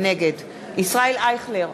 נגד ישראל אייכלר,